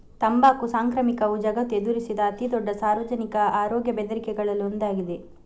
ತಂಬಾಕು ಸಾಂಕ್ರಾಮಿಕವು ಜಗತ್ತು ಎದುರಿಸಿದ ಅತಿ ದೊಡ್ಡ ಸಾರ್ವಜನಿಕ ಆರೋಗ್ಯ ಬೆದರಿಕೆಗಳಲ್ಲಿ ಒಂದಾಗಿದೆ